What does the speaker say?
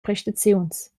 prestaziuns